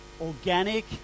organic